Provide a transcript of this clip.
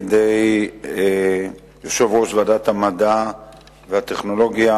יושב-ראש ועדת המדע והטכנולוגיה,